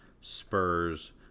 Spurs